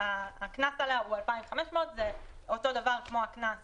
הקנס עליה הוא 2,500. זה אותו דבר כמו הקנס